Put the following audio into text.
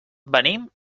venim